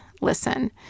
listen